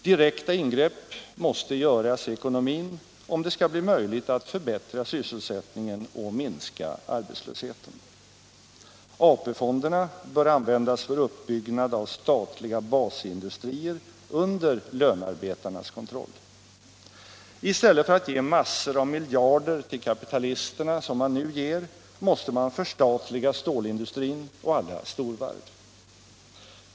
Direkta ingrepp måste göras i ekonomin om det skall bli möjlighet att förbättra sysselsättningen och minska arbetslösheten. AP-fonderna bör användas för uppbyggnad av statliga basindustrier under lönarbetarnas kontroll. I stället för att ge massor av miljarder till kapitalisterna — som man nu gör — måste man förstatliga stålindustrin och alla storvarv.